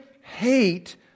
hate